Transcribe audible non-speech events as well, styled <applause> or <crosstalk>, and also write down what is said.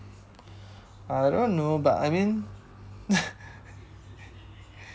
I don't know but I mean <laughs>